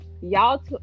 y'all